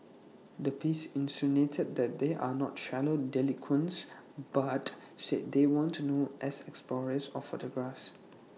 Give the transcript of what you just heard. the piece insinuated that they are not shallow delinquents but said they want to known as explorers or photographs